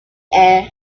air